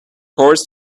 chores